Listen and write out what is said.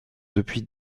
depuis